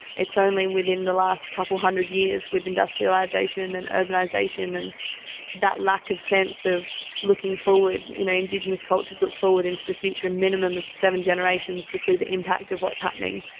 it's only within the last couple of hundred years with industrialisation and urbanisation and that lack of sense of looking forward, you know, indigenous cultures look forward into the future a minimum of seven generations to see the impact of what's happening,